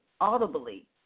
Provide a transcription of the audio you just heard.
audibly